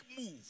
move